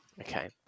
Okay